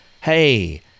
hey